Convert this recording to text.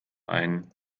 ein